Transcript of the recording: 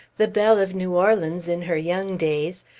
the belle of new orleans in her young days,